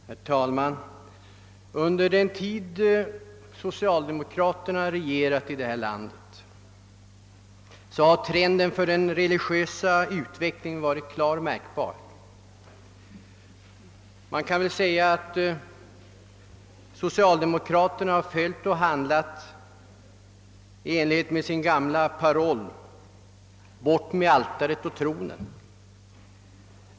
Herr talman! Under den tid socialdemokraterna regerat i detta land har trenden för den religiösa utvecklingen varit klart märkbar. Socialdemokraterna har handlat i enlighet med sin gamla paroll: bort med altaret och tronen!